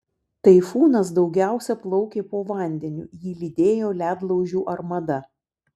taifūnas daugiausia plaukė po vandeniu jį lydėjo ledlaužių armada